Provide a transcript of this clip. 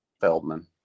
Feldman